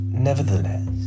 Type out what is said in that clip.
Nevertheless